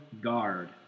guard